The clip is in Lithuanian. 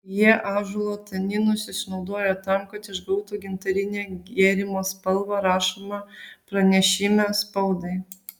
jie ąžuolo taninus išnaudoja tam kad išgautų gintarinę gėrimo spalvą rašoma pranešime spaudai